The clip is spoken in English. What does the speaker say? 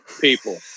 people